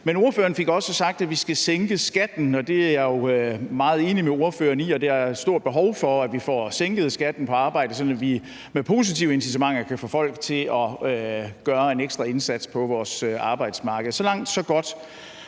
Ordføreren fik også sagt, at vi skal sænke skatten, og det er jeg jo meget enig med ordføreren i, altså at der er et stort behov for, at vi får sænket skatten på arbejde, sådan at vi med positive incitamenter kan få folk til at gøre en ekstra indsats på vores arbejdsmarked. Så langt, så godt.